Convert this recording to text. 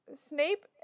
Snape